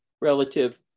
relative